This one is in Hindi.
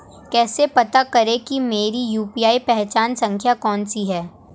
कैसे पता करें कि मेरी यू.पी.आई पहचान संख्या कौनसी है?